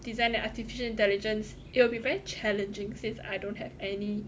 design and artificial intelligence it will be very challenging since I don't have any